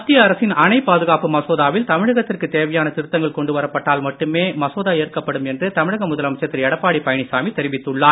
மத்திய அரசின் அணை பாதுகாப்பு மசோதாவில் தமிழகத்திற்கு தேவையான திருத்தங்கள் கொண்டு வரப்பட்டால் மட்டுமே மசோதா ஏற்கப்படும் என்று தமிழக முதலமைச்சர் திரு எடப்பாடி பழனிசாமி தெரிவித்துள்ளார்